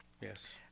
Yes